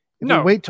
No